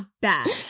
bad